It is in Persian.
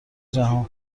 جهان